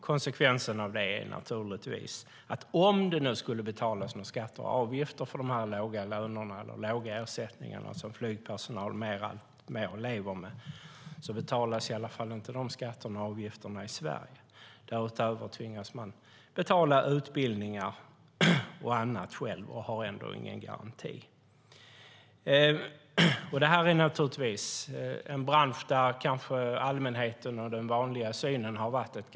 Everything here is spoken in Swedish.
Konsekvensen blir naturligtvis att om det nu skulle betalas några skatter och avgifter för de låga löner eller ersättningar som flygpersonal numera lever med betalas de i alla fall inte i Sverige. Därutöver tvingas man betala utbildningar och annat själv och har ändå ingen garanti. Den vanliga synen på denna bransch är att det är glamorösa jobb med bra betalt.